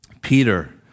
Peter